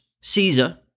Caesar